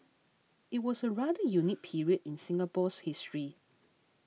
it was a rather unique period in Singapore's history